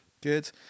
Good